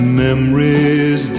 memories